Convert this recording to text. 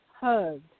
hugged